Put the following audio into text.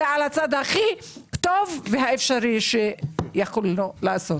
על הצד הכי טוב האפשרי שאנחנו יכולים לעשות.